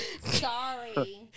Sorry